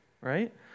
right